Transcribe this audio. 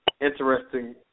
interesting